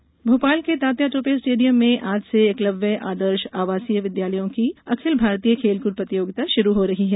खेल प्रतियोगिताएं भोपाल के तात्या तोपे स्टेडियम में आज से एकलव्य आदर्श आवासीय विद्यालयों की अखिल भारतीय खेलकूद प्रतियोगिता शुरू हो रही है